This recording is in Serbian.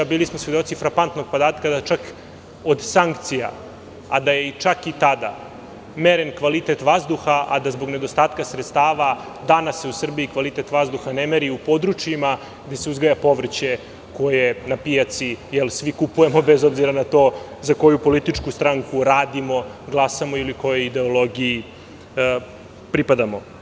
Bili smo svedoci frapantnog podatka da je čak od sankcija, a i tada, meren kvalitet vazduha, a da zbog nedostatka sredstava danas u Srbiji se kvalitet vazduha ne meri u područjima gde se uzgaja povrće koje je na pijaci, jer svi kupujemo, bez obzira na to za koju političku stranku radimo, glasamo ili kojoj ideologiji pripadamo.